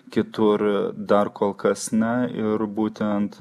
kitur dar kol kas ne ir būtent